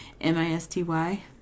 M-I-S-T-Y